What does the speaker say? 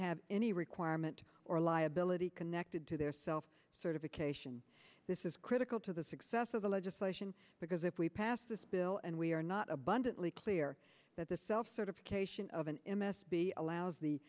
requirement or liability connected to their self certification this is critical to the success of the legislation because if we pass this bill and we are not abundantly clear that the self certification of an m s p allows the